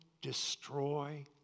destroy